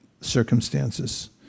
circumstances